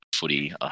footy